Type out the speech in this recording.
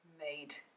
made